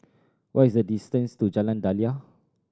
what is the distance to Jalan Daliah